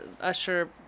Usher